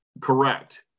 Correct